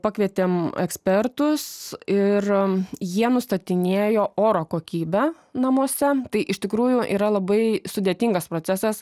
pakvietėm ekspertus ir jie nustatinėjo oro kokybę namuose tai iš tikrųjų yra labai sudėtingas procesas